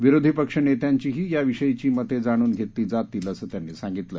विरोधी पक्ष नेत्यांचीही याविषयीची मते जाणून घेतली जातील असं त्यांनी सांगितलं